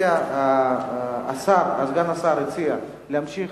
סגן השר הציע להמשיך